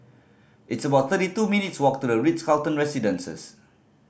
it's about thirty two minutes' walk to The Ritz Carlton Residences